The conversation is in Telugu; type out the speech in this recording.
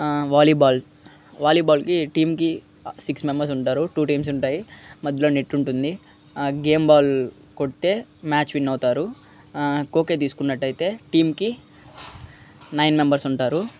వాలీబాల్ వాలీబాల్కి టీంకి సిక్స్ మెంబర్స్ ఉంటారు టూ టీమ్స్ ఉంటాయి మధ్యలో నెట్ ఉంటుంది గేమ్ బాల్ కొడితే మ్యాచ్ విన్ అవుతారు కోకె తీసుకున్నట్టయితే టీంకి నైన్ మెంబర్స్ ఉంటారు